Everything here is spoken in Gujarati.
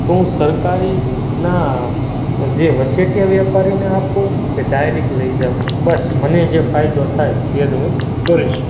તો હું સરકારી ના જે વચેટિયા વેપારીને આપું કે ડાયરેક લઈ જાઉં બસ મને જે ફાયદો થાય એ જ હું કરીશ